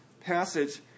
passage